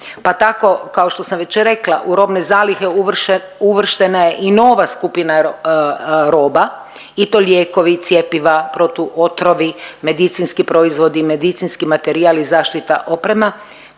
Pa tako kao što sam već rekla u robne zalihe uvrštena je i nova skupina roba i to lijekovi, cjepiva, protu otrovi, medicinski proizvodi, medicinski materijal i zaštita oprema